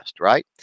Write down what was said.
right